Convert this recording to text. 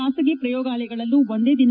ಬಾಸಗಿ ಪಯೋಗಾಲಯಗಳಲೂ ಒಂದೇ ದಿನ